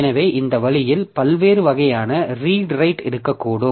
எனவே இந்த வழியில் பல்வேறு வகையான ரீட் ரைட் இருக்கக்கூடும்